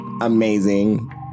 Amazing